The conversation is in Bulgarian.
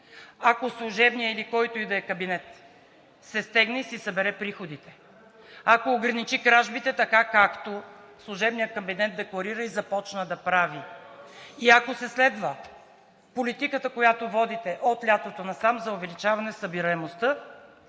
Ако служебният или който и да е кабинет, се стегне и си събере приходите, ако ограничи кражбите така, както служебният кабинет декларира и започна да прави, и ако се следва политиката, която водите от лятото насам за увеличаване на събираемостта,